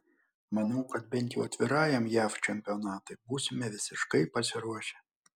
manau kad bent jau atvirajam jav čempionatui būsime visiškai pasiruošę